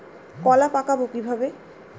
কলা পাকাবো কিভাবে?